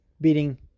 beating